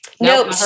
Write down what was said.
Nope